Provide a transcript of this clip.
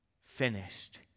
finished